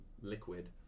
liquid